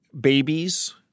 babies –